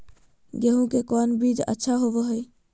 गेंहू के कौन बीज अच्छा होबो हाय?